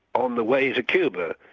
on the way to cuba,